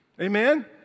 Amen